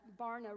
Barna